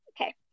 okay